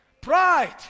Pride